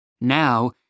Now